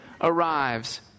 arrives